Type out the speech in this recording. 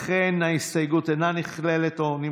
ולכן ההסתייגות אינה נכללת או נמחקת,